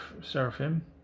Seraphim